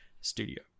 studio